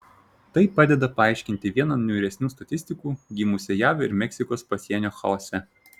tai padeda paaiškinti vieną niūresnių statistikų gimusią jav ir meksikos pasienio chaose